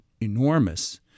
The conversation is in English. enormous